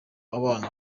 abana